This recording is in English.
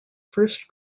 first